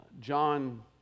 John